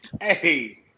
hey